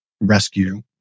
rescue